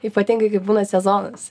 ypatingai kai būna sezonas